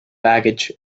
baggage